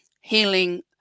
healing